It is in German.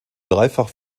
dreifach